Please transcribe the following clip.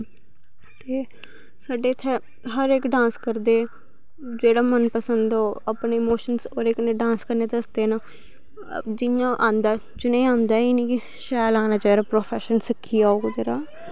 ते साढ़ै इत्थें हर इक डांस करदे जेह्ड़ा मन पसंद हो अपने इमोशन्स ओह्दे कन्नै डांस कन्नै दसदे न जियां आंदा जिनें आंदा ई नी शैल आना चाहिदा प्रोफैशन सिक्खियै ओह् जेह्ड़ा